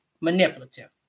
manipulative